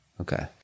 Okay